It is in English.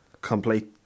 Complete